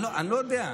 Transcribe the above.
אני לא יודע,